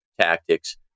tactics